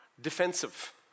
defensive